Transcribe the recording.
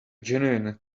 genuine